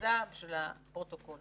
מכריזה לפרוטוקול